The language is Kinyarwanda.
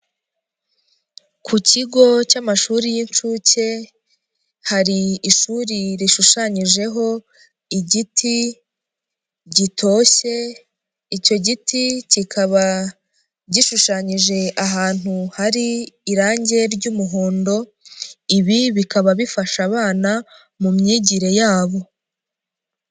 Ku kigo cy'amashuri y'incuke, hari ishuri rishushanyijeho igiti gitoshye. Icyo giti kikaba gishushanyije ahantu hari irangi ry'umuhondo. Ibi bikaba bifasha abana mu myigire yabo.